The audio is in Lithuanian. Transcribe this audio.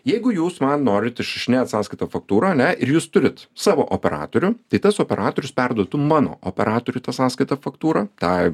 jeigu jūs man norit išrašinėt sąskaitą faktūrą ane ir jūs turit savo operatorių tai tas operatorius perduotų mano operatoriui tą sąskaitą faktūrą tą